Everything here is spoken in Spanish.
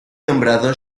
nombrado